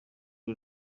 rwe